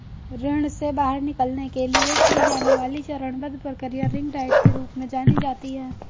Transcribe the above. ऋण से बाहर निकलने के लिए की जाने वाली चरणबद्ध प्रक्रिया रिंग डाइट के रूप में जानी जाती है